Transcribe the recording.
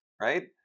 right